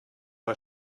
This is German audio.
war